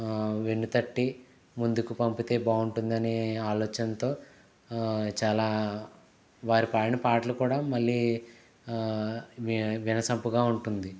వెన్నుతట్టి ముందుకు పంపితే బాగుంటుందనే ఆలోచనతో చాలా వారి పాడిన పాటలు కూడా మళ్ళీ వి వినసొంపుగా ఉంటుంది